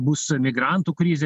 bus migrantų krizė